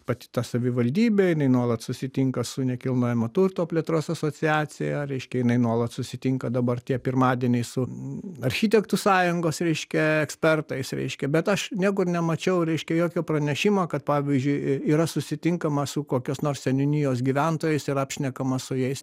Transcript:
pati ta savivaldybė jinai nuolat susitinka su nekilnojamo turto plėtros asociacija reiškia jinai nuolat susitinka dabar tie pirmadieniai su architektų sąjungos reiškia ekspertais reiškia bet aš niekur nemačiau reiškia jokio pranešimo kad pavyzdžiui yra susitinkama su kokios nors seniūnijos gyventojais ir apšnekama su jais